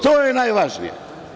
To je najvažnije.